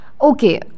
okay